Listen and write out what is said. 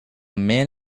man